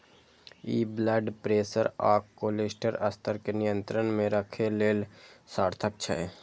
ई blood pressure आ cholesterol स्तर कें नियंत्रण मे राखै लेल सार्थक छै